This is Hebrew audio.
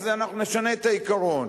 אז אנחנו נשנה את העיקרון.